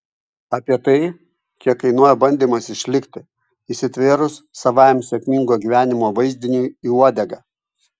apie tai kiek kainuoja bandymas išlikti įsitvėrus savajam sėkmingo gyvenimo vaizdiniui į uodegą